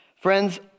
Friends